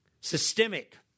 systemic